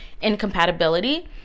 incompatibility